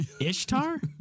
Ishtar